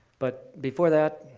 but before that,